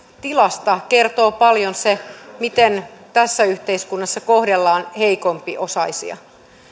tilasta kertoo paljon se miten tässä yhteiskunnassa kohdellaan heikompiosaisia